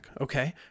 Okay